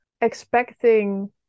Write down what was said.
expecting